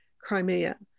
Crimea